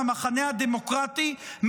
מהמחנה הדמוקרטי,